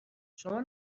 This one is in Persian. شما